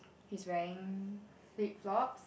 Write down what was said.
he's wearing flip flop